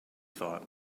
thought